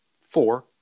Four